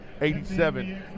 87